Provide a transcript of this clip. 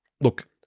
look